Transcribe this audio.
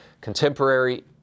contemporary